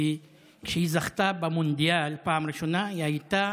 כי כשהיא זכתה במונדיאל בפעם הראשונה היא הייתה